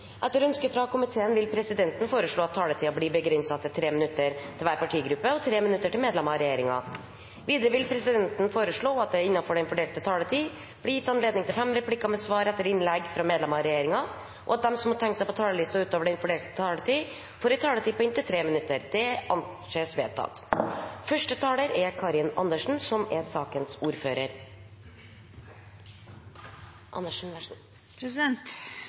Etter ønske fra kommunal- og forvaltningskomiteen vil presidenten foreslå at taletiden blir begrenset til 3 minutter til hver partigruppe og 3 minutter til medlemmer av regjeringen. Videre vil presidenten foreslå at det – innenfor den fordelte taletid – blir gitt anledning til fem replikker med svar etter innlegg fra medlemmer av regjeringen, og at de som måtte tegne seg på talerlisten utover den fordelte taletid, får en taletid på inntil 3 minutter. – Det anses vedtatt. Venstre har fremmet fem representantforslag som